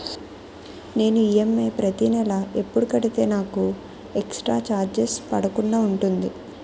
నేను ఈ.ఎం.ఐ ప్రతి నెల ఎపుడు కడితే నాకు ఎక్స్ స్త్ర చార్జెస్ పడకుండా ఉంటుంది?